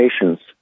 patients